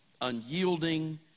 unyielding